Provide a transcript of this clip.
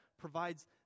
provides